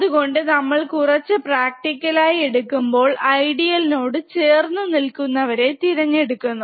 അതുകൊണ്ട് നമ്മൾ കുറച്ച് പ്രാക്ടിക്കലായി എടുക്കുമ്പോൾ ഐഡിയൽ നോട് ചേർന്നു നിൽക്കുന്നവരെ തിരഞ്ഞെടുക്കുന്നു